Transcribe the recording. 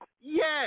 Yes